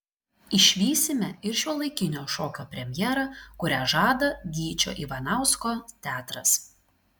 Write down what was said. išvysime ir šiuolaikinio šokio premjerą kurią žada gyčio ivanausko teatras